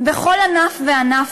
בכל ענף וענף,